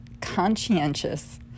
conscientious